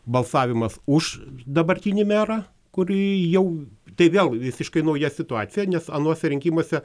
balsavimas už dabartinį merą kurį jau tai vėl visiškai nauja situacija nes anuose rinkimuose